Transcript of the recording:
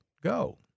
Go